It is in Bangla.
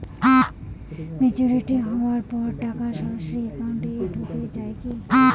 ম্যাচিওরিটি হওয়ার পর টাকা সরাসরি একাউন্ট এ ঢুকে য়ায় কি?